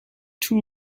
too